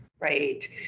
right